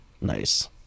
nice